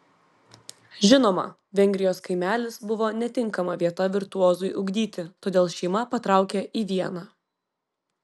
žinoma vengrijos kaimelis buvo netinkama vieta virtuozui ugdyti todėl šeima patraukė į vieną